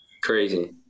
crazy